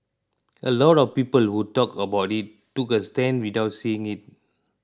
a lot of people who talked about it took a stand without seeing it